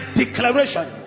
declaration